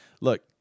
look